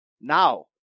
now